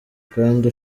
kandi